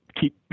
keep